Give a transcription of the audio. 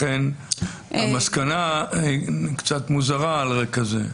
לכן המסקנה קצת מוזרה על רקע זה.